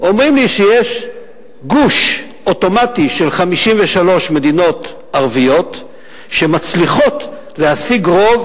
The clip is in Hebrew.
אומרים לי שיש גוש אוטומטי של 53 מדינות ערביות שמצליחות להשיג רוב.